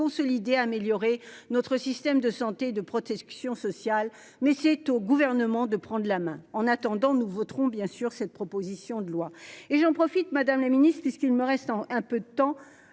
consolider améliorer notre système de santé, de protection sociale mais c'est au gouvernement de prendre la main. En attendant, nous voterons bien sûr cette proposition de loi et j'en profite. Madame le Ministre puisqu'il me reste en un peu de temps